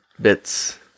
bits